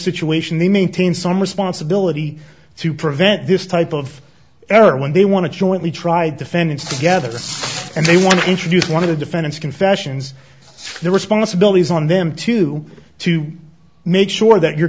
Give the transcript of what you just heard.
situation they maintain some responsibility to prevent this type of error when they want to jointly try defendants together and they want to introduce one of the defendant's confessions the responsibilities on them to to make sure that you're